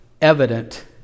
evident